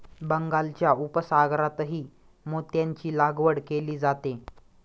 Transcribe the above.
बंगालच्या उपसागरातही मोत्यांची लागवड केली जाते